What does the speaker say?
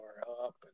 up